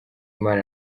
imana